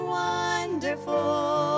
wonderful